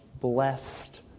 blessed